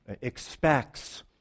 expects